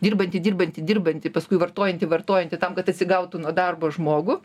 dirbantį dirbantį dirbantį paskui vartojantį vartojantį tam kad atsigautų nuo darbo žmogų